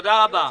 תודה רבה.